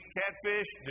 catfish